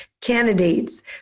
candidates